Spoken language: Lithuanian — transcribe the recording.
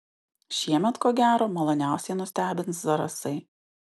šiemet ko gero maloniausiai nustebins zarasai